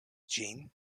ĝin